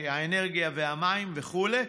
האנרגיה והמים וכו',